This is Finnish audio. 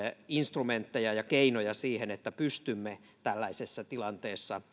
instrumentteja ja keinoja siihen että pystymme tällaisessa tilanteessa